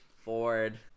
Ford